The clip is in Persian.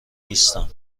نیستم